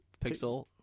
Pixel